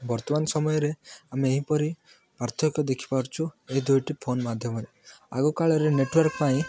ବର୍ତ୍ତମାନ ସମୟରେ ଆମେ ଏହିପରି ପାର୍ଥକ୍ୟ ଦେଖିପାରୁଛୁ ଏହି ଦୁଇଟି ଫୋନ୍ ମାଧ୍ୟମରେ ଆଗକାଳରେ ନେଟୱାର୍କ ପାଇଁ